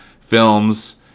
films